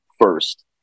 first